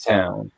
Town